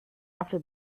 after